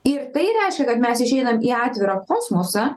ir tai reiškia kad mes išeinam į atvirą kosmosą